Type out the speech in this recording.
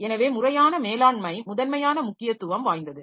எனவே முறையான மேலாண்மை முதன்மையான முக்கியத்துவம் வாய்ந்தது